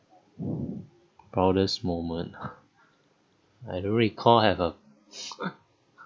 proudest moment I don't recall I have a